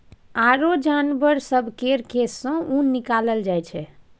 आरो जानबर सब केर केश सँ ऊन निकालल जाइ छै